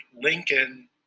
Lincoln